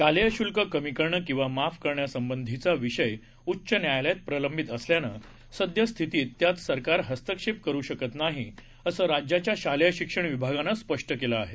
शालेयशुल्ककमीकरणकिंवामाफकरण्यासंबंधिचाविषयउच्चन्यायालयातप्रलंबितअसल्यानं सद्यस्थितीतत्यातसरकारहस्तक्षेपकरूशकतनाहीअसं राज्याच्याशालेयशिक्षणविभागानंस्पष्टकेलंआहे